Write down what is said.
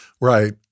Right